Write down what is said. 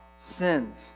sins